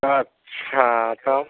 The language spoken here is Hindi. अच्छा तब